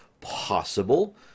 possible